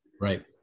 right